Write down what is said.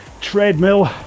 treadmill